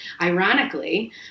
ironically